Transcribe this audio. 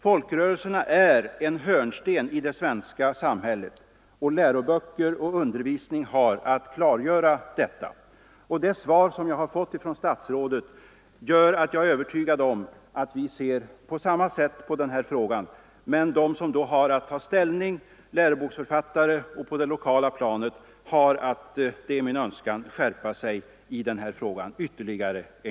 Folkrörelserna är en hörnsten i det svenska samhället. Läroböcker och undervisning har att klargöra detta. Det svar som jag har fått av statsrådet gör att jag är övertygad om att vi ser på samma sätt på denna fråga. Läroboksförfattare och de som har att ta ställning på det lokala planet bör alltså skärpa sig ytterligare.